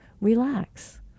relax